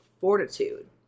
fortitude